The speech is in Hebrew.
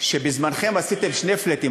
שבזמנכם עשיתם שני "פלאטים".